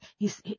hes